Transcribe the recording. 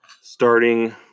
starting